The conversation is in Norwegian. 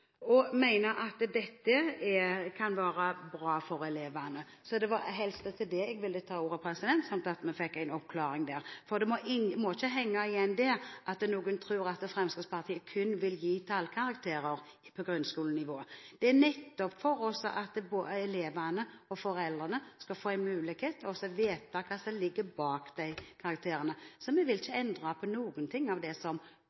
mener dette kan være bra for elevene. Det var av hensyn til det at jeg ville ta ordet, så vi fikk en oppklaring her. Det må ikke henge igjen at noen tror at Fremskrittspartiet kun vil gi tallkarakterer på grunnskolenivå. Elevene og foreldrene skal nettopp få mulighet til vite hva som ligger bak karakterene, så vi vil ikke endre på noe av det som